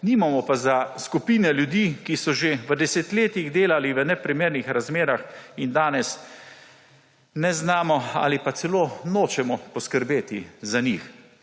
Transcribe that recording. nimamo pa za skupine ljudi, ki so že v desetletjih delali v neprimernih razmerah, in danes ne znamo ali pa celo nočemo poskrbeti za njih.